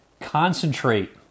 concentrate